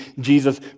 jesus